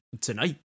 tonight